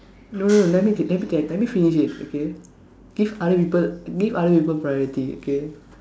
no let me let me tell let me finish it okay give other people give other people priority okay